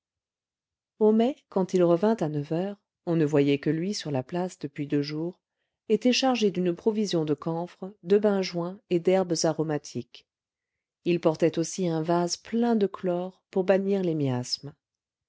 homais quand il revint à neuf heures on ne voyait que lui sur la place depuis deux jours était chargé d'une provision de camphre de benjoin et d'herbes aromatiques il portait aussi un vase plein de chlore pour bannir les miasmes